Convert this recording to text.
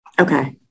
Okay